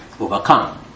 overcome